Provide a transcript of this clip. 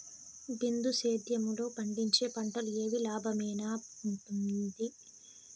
బిందు సేద్యము లో పండించే పంటలు ఏవి లాభమేనా వుంటుంది?